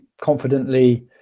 confidently